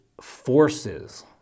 forces